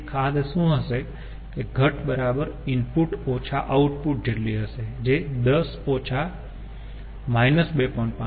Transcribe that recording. તેથી ખાધ શું હશે કે ઘટ બરાબર ઈનપુટ આઉટપુટ જેટલી હશે જે 10 2